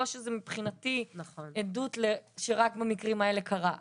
לא שמבחינתי זה עדות שרק במקרים האלה קרה,